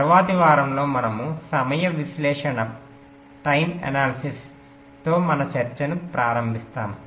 తరువాతి వారంలో మనము సమయ విశ్లేషణపై మన చర్చను ప్రారంభిస్తాము